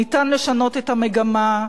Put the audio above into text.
ניתן לשנות את המגמה.